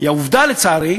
היא העובדה, לצערי,